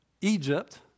Egypt